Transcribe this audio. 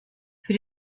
für